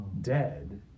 dead